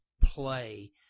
play